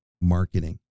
marketing